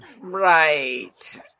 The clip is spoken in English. Right